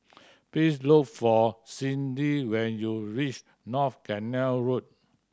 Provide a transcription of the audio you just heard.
please look for Cyndi when you reach North Canal Road